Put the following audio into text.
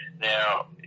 Now